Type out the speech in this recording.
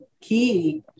key